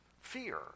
fear